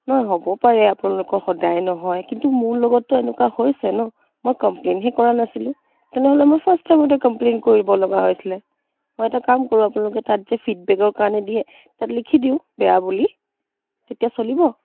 নহয় হ'ব পাৰে আপোনালোকৰ সদায় নহয় কিন্তু মোৰ লগতটো এনেকুৱা হৈছে ন মই কম্প্লেইণ্টহে কৰা নাছিলোঁ তেনেহ'লে মই ফাৰ্ষ্ট টাইমতে কম্প্লেইণ্ট কৰিব লগা হৈছিলে মই এটা কাম কৰোঁ আপোনালোকে তাত যে ফিডবেকৰ কাৰণে দিয়ে তাত লিখি দিওঁ বেয়া বুলি তেতিয়া চলিব